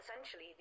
Essentially